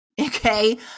Okay